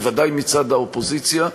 בוודאי מצד האופוזיציה.